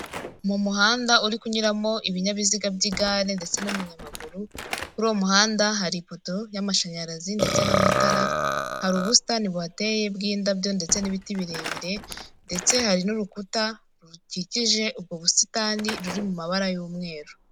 Mu muhanda uri kunyuramo ibinyabiziga by'igare ndetse n'umunyamaguru, kuri uwo muhanda hari ipoto y'amashanyarazi ndetse n'amatara, hari ubusitani buhateye bw'indabyo ndetse n'ibiti birebire ndetse hari n'urukuta rukikije ubwo busitani ruri mu mabara y'umweru.